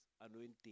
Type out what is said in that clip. anointing